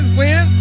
win